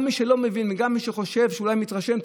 גם מי שלא מבין וגם מי שחושב ואולי מי שמתרשם,